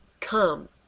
come